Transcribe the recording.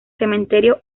cementerio